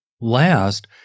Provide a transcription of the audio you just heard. last